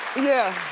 yeah.